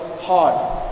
hard